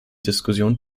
diskussionen